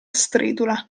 stridula